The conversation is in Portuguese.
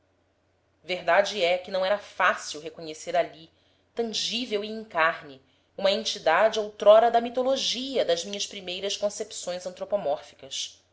verdade é que não era fácil reconhecer ali tangível e em carne uma entidade outrora da mitologia das minhas primeiras concepções antropomórficas